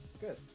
good